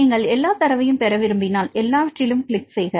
நீங்கள் எல்லா தரவையும் பெற விரும்பினால் எல்லாவற்றிலும் கிளிக் செய்க